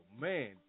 man